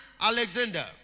Alexander